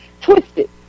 twisted